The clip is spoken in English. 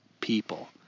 people